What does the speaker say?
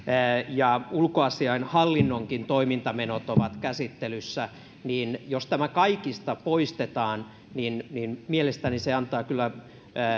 ja ulkoasiainhallinnonkin toimintamenot ovat käsittelyssä ja jos tämä kaikista poistetaan niin niin mielestäni se antaa kyllä